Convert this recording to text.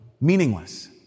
meaningless